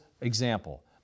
example